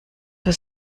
für